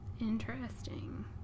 Interesting